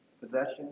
possession